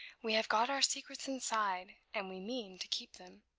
we have got our secrets inside, and we mean to keep them.